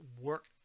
work